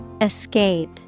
Escape